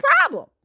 problem